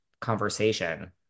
conversation